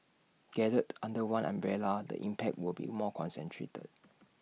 gathered under one umbrella the impact will be more concentrated